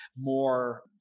more